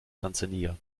tansania